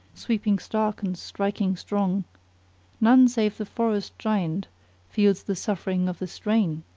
sweeping stark and striking strong none save the forest giant feels the suffering of the strain?